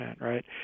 right